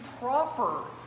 proper